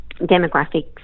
demographics